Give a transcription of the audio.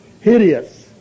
hideous